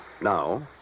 Now